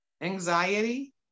anxiety